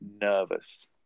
nervous